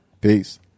Peace